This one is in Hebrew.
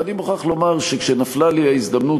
ואני מוכרח לומר שכשנפלה בידי ההזדמנות,